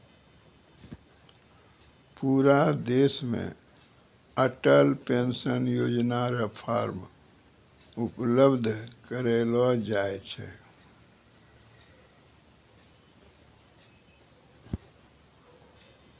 पूरा देश मे अटल पेंशन योजना र फॉर्म उपलब्ध करयलो जाय छै